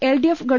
L D F ഗവ